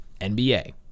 NBA